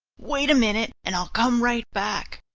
wait a minute and i'll come right back,